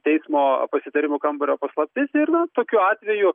teismo pasitarimų kambario paslaptis ir na tokiu atveju